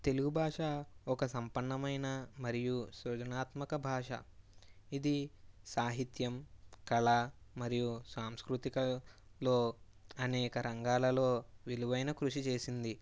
తెలుగు భాష ఒక సంపన్నమైన మరియు సృజనాత్మక భాష ఇది సాహిత్యం కళ మరియు సాంస్కృతికలో అనేక రంగాలలో విలువైన కృషి చేసింది